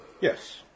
Yes